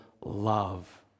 love